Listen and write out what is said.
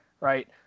Right